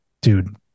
dude